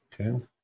Okay